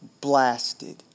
blasted